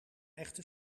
echte